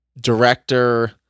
director